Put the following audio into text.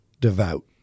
devout